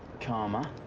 k'harma,